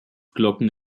glocken